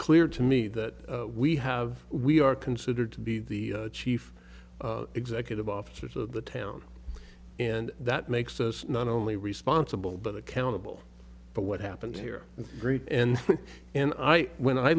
clear to me that we have we are considered to be the chief executive officers of the town and that makes us not only responsible but accountable for what happened here and great and and i when i